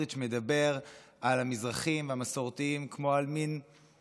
על המזרחים והמסורתיים כמו על מין עדר,